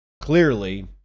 clearly